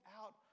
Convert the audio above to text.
out